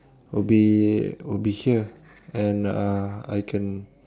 will be will be here and uh I can